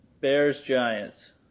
Bears-Giants